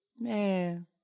Man